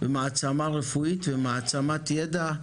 מעצמה רפואית ומעצמת ידע,